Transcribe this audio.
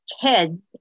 kids